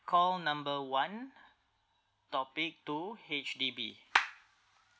call number one topic two H_D_B